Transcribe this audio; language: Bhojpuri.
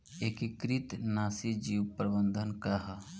एकीकृत नाशी जीव प्रबंधन का ह?